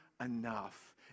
enough